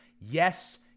Yes